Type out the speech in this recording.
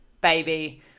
baby